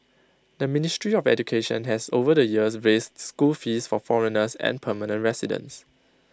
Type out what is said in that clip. the ministry of education has over the years raised school fees for foreigners and permanent residents